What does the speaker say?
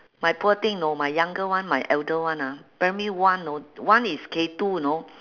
my poor thing know my younger one my elder one ah primary one know one is K two know